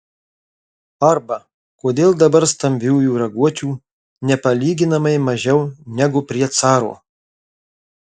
arba kodėl dabar stambiųjų raguočių nepalyginamai mažiau negu prie caro